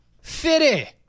Fitty